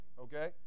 okay